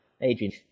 Adrian